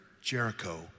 Jericho